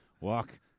walk